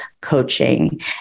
Coaching